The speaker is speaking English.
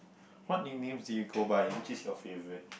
what nicknames do you go by which is your favorite